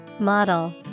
Model